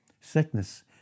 Sickness